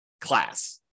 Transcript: class